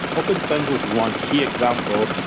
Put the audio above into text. open census is one key example,